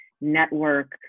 network